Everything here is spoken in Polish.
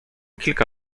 kilka